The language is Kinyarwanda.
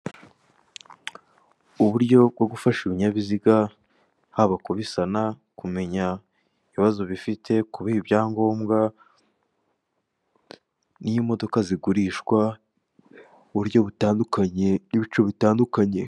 Uburyo bwo gufasha ibinyabiziga haba kubisana, kumenya ibibazo bifite, kubiha ibyangombwa n'imodoka zigurishwa mu buryo butandukanye n'ibice bitandukanye.